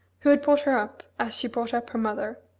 who had brought her up, as she brought up her mother.